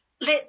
Let